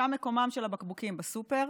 שם מקומם של הבקבוקים, בסופר,